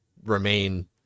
remain